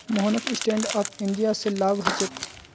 मोहनक stand up India स लाभ ह छेक